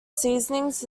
seasonings